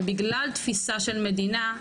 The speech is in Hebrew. ובגלל תפיסה של מדינה,